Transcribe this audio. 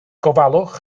gofalwch